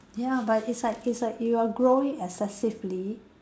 ya but it's like it's like you are growing excessively